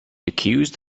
accused